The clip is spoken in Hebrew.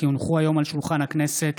כי הונחו היום על שולחן הכנסת,